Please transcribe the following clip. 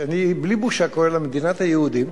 שאני בלי בושה קורא לה "מדינת היהודים"